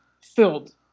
filled